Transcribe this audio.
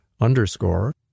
underscore